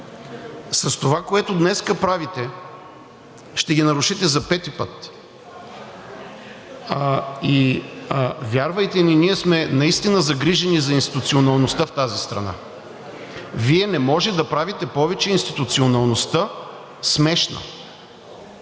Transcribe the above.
С това, което днес правите, ще ги нарушите за пети път. Вярвайте ни, ние сме наистина загрижени за институционалността в тази страна. Вие не може да правите повече институционалността смешна